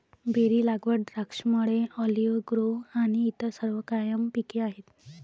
berry लागवड, द्राक्षमळे, olive grove आणि इतर सर्व कायम पिके आहेत